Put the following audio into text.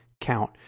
count